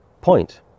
point